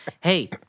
Hey